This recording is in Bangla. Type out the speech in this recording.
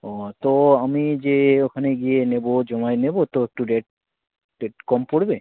ও তো আমি যে ওখানে গিয়ে নেব জমায় নেব তো একটু রেট রেট কম পড়বে